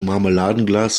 marmeladenglas